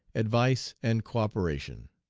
advice, and co-operation.